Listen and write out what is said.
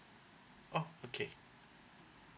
oh okay